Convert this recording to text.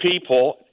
people